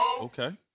Okay